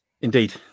Indeed